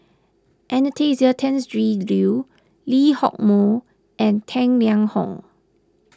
Anastasia Tjendri Liew Lee Hock Moh and Tang Liang Hong